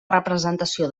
representació